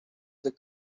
the